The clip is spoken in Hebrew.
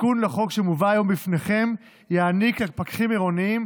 התיקון לחוק שמובא היום בפניכם יעניק לפקחים עירוניים